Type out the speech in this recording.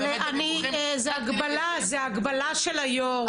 זאת הגבלה של היו"ר.